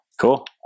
Cool